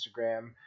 Instagram